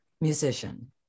musician